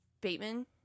bateman